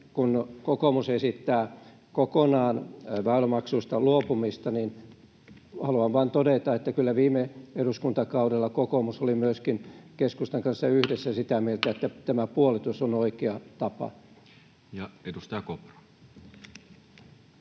kun kokoomus esittää kokonaan väylämaksuista luopumista, niin haluan vain todeta, että kyllä viime eduskuntakaudella kokoomus oli keskustan kanssa yhdessä sitä mieltä, että tämä puolitus on oikea tapa. [Speech 58]